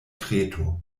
kreto